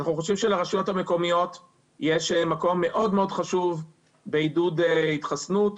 אנחנו חושבים שלרשויות המקומיות יש מקום מאוד מאוד חשוב בעידוד התחסנות,